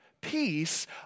Peace